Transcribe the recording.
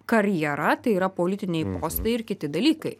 karjera tai yra politiniai postai ir kiti dalykai